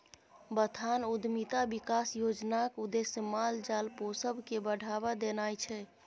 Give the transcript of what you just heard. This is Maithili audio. बथान उद्यमिता बिकास योजनाक उद्देश्य माल जाल पोसब केँ बढ़ाबा देनाइ छै